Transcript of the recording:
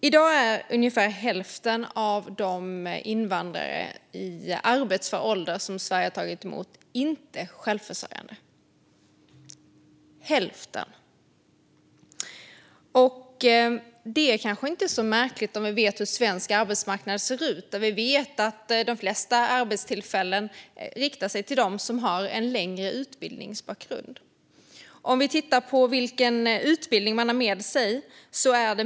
I dag är ungefär hälften av de invandrare i arbetsför ålder som Sverige har tagit emot inte självförsörjande. Det är kanske inte så märkligt om vi vet hur den svenska arbetsmarknaden ser ut. Vi vet att de flesta arbetstillfällen riktar sig till dem som har en längre utbildningsbakgrund. Vi kan titta på vilken utbildning de nyanlända har med sig.